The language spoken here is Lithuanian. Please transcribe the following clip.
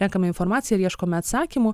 renkame informaciją ir ieškome atsakymų